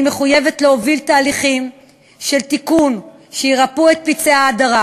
אני מחויבת להוביל תהליכים של תיקון שירפאו את פצעי ההדרה,